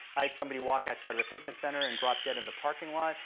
i had somebody walk outside of a fitness center and drop dead in the parking lot.